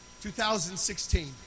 2016